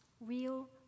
real